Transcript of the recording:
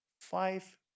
five